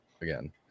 Again